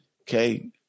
Okay